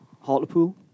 Hartlepool